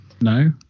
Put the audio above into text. No